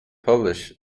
publish